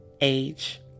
age